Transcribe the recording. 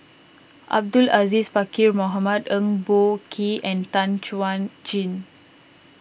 Abdul Aziz Pakkeer Mohamed Eng Boh Kee and Tan Chuan Jin